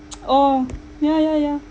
oh ya ya ya